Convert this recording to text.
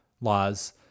laws